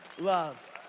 love